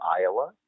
Iowa